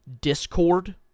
discord